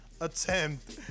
attempt